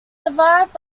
survived